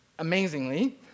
amazingly